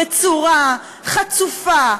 בצורה חצופה,